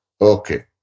Okay